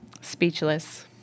Speechless